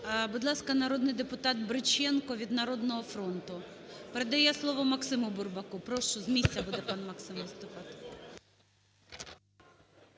Будь ласка, народний депутат Бриченко від "Народного фронту". Передає слово максиму Бурбаку, прошу. З місця будете, Максим, виступати.